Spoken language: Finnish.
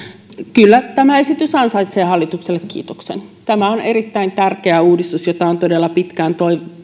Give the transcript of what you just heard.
kyllä tämä esitys ansaitsee hallitukselle kiitoksen tämä on erittäin tärkeä uudistus jota on todella pitkään